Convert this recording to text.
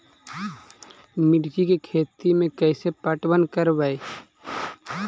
मिर्ची के खेति में कैसे पटवन करवय?